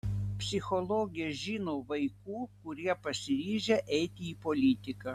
psichologė žino vaikų kurie pasiryžę eiti į politiką